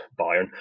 Bayern